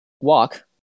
walk